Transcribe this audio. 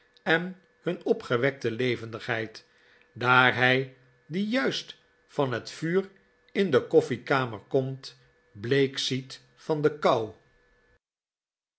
en hun opgewekte levendigheid daar hij die juist van het vuur in de koffiekamer komt bleek ziet van de kou